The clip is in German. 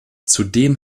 zudem